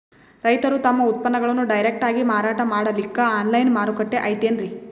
ರೈತರು ತಮ್ಮ ಉತ್ಪನ್ನಗಳನ್ನು ಡೈರೆಕ್ಟ್ ಆಗಿ ಮಾರಾಟ ಮಾಡಲಿಕ್ಕ ಆನ್ಲೈನ್ ಮಾರುಕಟ್ಟೆ ಐತೇನ್ರೀ?